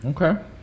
Okay